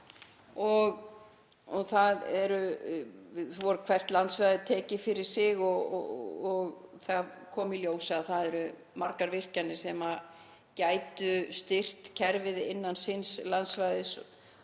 um land. Hvert landsvæði var tekið fyrir sig og það kom í ljós að það eru margar virkjanir sem gætu styrkt kerfið innan síns landsvæðis.